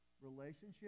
relationship